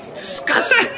Disgusting